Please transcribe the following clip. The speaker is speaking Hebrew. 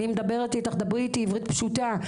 אני מדברת איתך, דברי איתי עברית פשוטה.